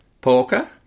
Porker